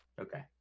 Okay